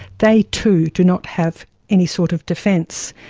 they too do not have any sort of defence,